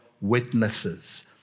witnesses